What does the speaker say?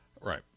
Right